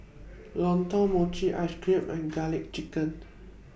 Lontong Mochi Ice Cream and Garlic Chicken